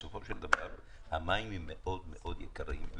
המים הם מאוד יקרים,